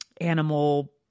animal